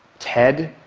ted,